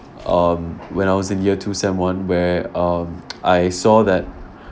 um when I was in year two semester one where um I saw that